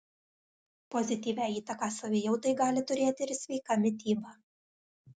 pozityvią įtaką savijautai gali turėti ir sveika mityba